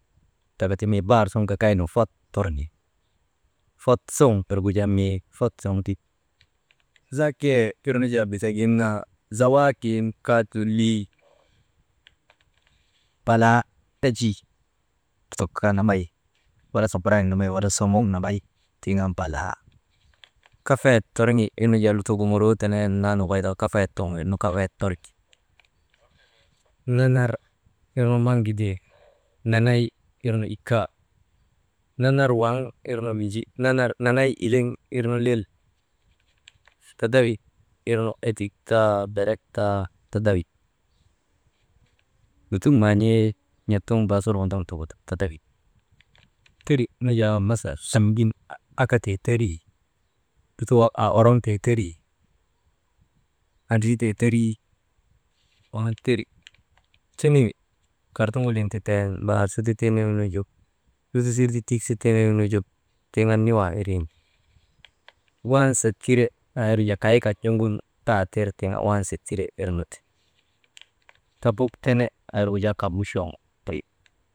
Taka ti mii baar suŋ gagaynu fot torŋi, fot suŋ wirgu jaa mii fot zoŋti, zaakiyee irnu jaa bitak gin naa zawaakin kaa lolii balaa enjii lutok kaa nambay wala sukuraayek nambay wala sumuk nambay, tiŋ an balaa, kefeyet turŋi irnu jaa, lutok gu muruu tenee naa nokoy tika ti kefeyet tiŋ wirnu kefeyet torŋi, narar irnu naŋ gide, nanay irnu ika narar irnu Minji, nanay ileŋ irnu lel tadawi irnu edik taa, berek taa, tadawi, lutok maan̰ii n̰ak suŋun waday tegu dum tadawi, teri nu jaa masal sembin akatee teri lutok wak aa oroŋtek terii, andritee teri, waŋ an teri, tiniwi, kartuŋulin ti ten, mbaar su tu tiniwnu ju lutusii ti tik su tiniwnu ju, tiŋ an niwaa irin ti, wansa tire aa irnu jaa kay kan n̰ogun taa tir tiŋ andaka wansa tire aa irnu ti, tabuk tene aa irgu jaa kaŋ muchoŋ ti.